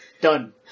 Done